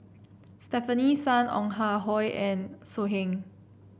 Stefanie Sun Ong Ah Hoi and So Heng